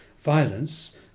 violence